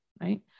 Right